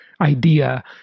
idea